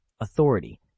authority